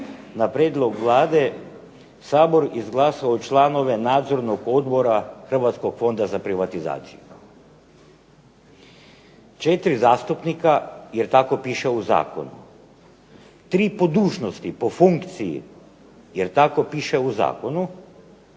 na prijedlog Vlade Sabor izglasao članove Nadzornog odbora Hrvatskog fonda za privatizaciju. Četiri zastupnika, jer tako piše u zakonu. Tri po dužnosti, po funkciji, jer tako piše u zakonu.